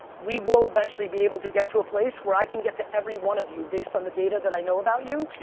we will eventually be able to get to a place where i can get to every one of you based on the data that i know about you.